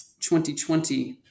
2020